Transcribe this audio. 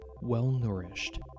well-nourished